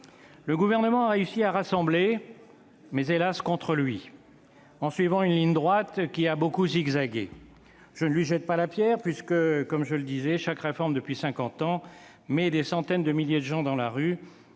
Le Gouvernement a réussi à rassembler, mais hélas contre lui, en suivant une ligne droite qui a beaucoup zigzagué. Je ne lui jette pas la pierre puisque, comme je le disais, chaque réforme depuis cinquante ans met des centaines de milliers de gens dans la rue